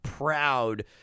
proud